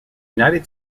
united